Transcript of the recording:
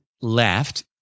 left